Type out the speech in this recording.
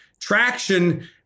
Traction